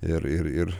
ir ir ir